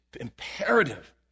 imperative